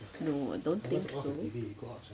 no I don't think so